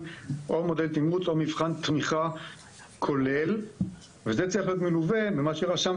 מי עלול להיפגע מזה שלא הגעתי